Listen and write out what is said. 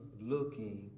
looking